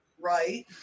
Right